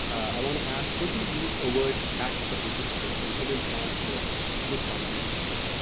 i want to ask, what do these overt acts of resistance and hidden transcripts look like in kashmir?